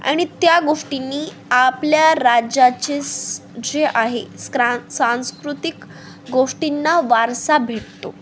आणि त्या गोष्टींनी आपल्या राज्याचे स् जे आहे स्क्रां सांस्कृतिक गोष्टींना वारसा भेटतो